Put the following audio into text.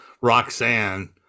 Roxanne